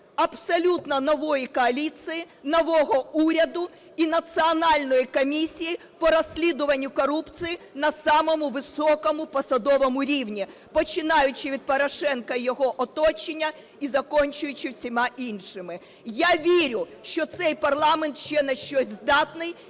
абсолютно нової коаліції, нового уряду і національної комісії по розслідуванню корупції на самому високому посадовому рівні, починаючи від Порошенка і його оточення і закінчуючи всіма іншими. Я вірю, що цей парламент ще на щось здатний